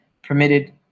permitted